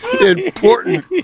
important